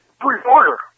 pre-order